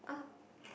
oh